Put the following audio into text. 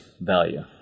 value